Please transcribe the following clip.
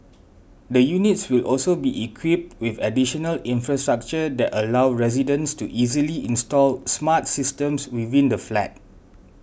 the units will also be equipped with additional infrastructure that allow residents to easily install smart systems within the flat